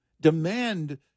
Demand